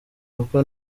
kuko